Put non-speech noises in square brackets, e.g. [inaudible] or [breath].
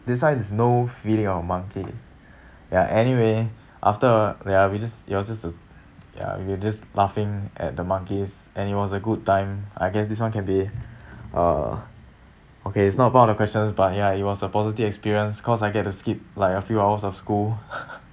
that side is no feeding of uh monkeys [breath] ya anyway [breath] after uh ya we just you were just ya we were just laughing at the monkeys and it was a good time I guess this one can be [breath] uh okay it's not about the questions but ya it was a positive experience cause I get to skip like a few hours of school [noise]